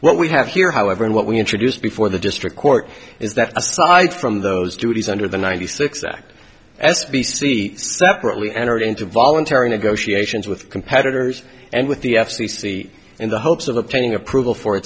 what we have here however and what we introduced before the district court is that aside from those duties under the ninety six act s b c separately entered into voluntary negotiations with competitors and with the f c c in the hopes of obtaining approval for